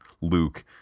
luke